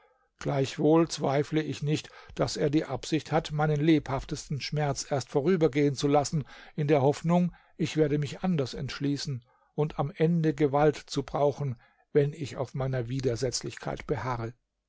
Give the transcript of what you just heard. gleichwohl zweifle ich nicht daß er die absicht hat meinen lebhaftesten schmerz erst vorübergehen zu lassen in der hoffnung ich werde mich anders entschließen und am ende gewalt zu brauchen wenn ich auf meiner widersetzlichkeit beharre